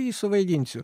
jį suvaidinsiu